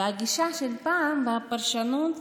והגישה של פעם, הפרשנות